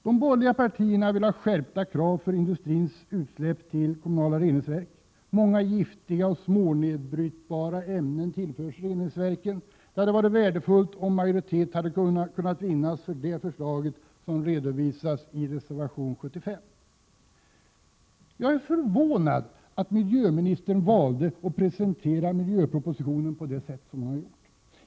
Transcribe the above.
De borgerliga partierna vill ha skärpta krav för industrins utsläpp till kommunala reningsverk. Många giftiga och svårnedbrytbara ämnen tillförs reningsverken. Det hade varit värdefullt om majoritet kunnat vinnas för det förslag som redovisas i reservation 75. Jag är förvånad att miljöministern valde att presentera miljöpropositionen på det sätt hon har gjort.